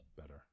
better